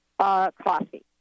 coffee